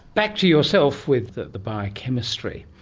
back to yourself with the the biochemistry.